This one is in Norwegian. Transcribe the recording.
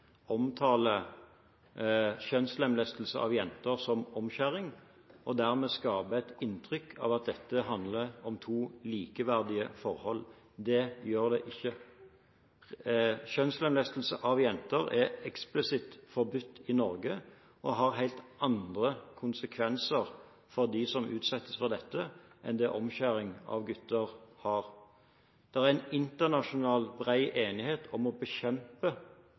kjønnslemlestelse av jenter som omskjæring, og dermed skaper et inntrykk av at dette handler om to likeverdige forhold. Det gjør det ikke. Kjønnslemlestelse av jenter er eksplisitt forbudt i Norge og har helt andre konsekvenser for dem som utsettes for dette, enn det omskjæring av gutter har. Det er en internasjonal bred enighet om å bekjempe